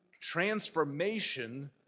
transformation